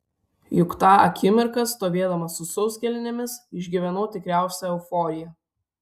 juk tą akimirką stovėdama su sauskelnėmis išgyvenau tikriausią euforiją